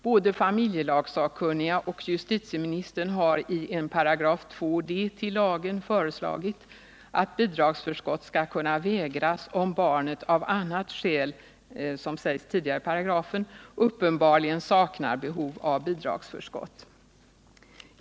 Både familjelagssakkunniga och justitieministern har i 2 d § föreslagit att bidragsförskott skall kunna vägras, om barnet av annat skäl än som sägs tidigare i paragrafen uppenbarligen saknar behov av bidragsförskott.